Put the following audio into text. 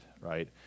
right